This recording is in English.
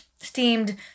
steamed